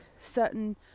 certain